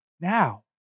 now